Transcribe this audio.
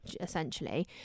essentially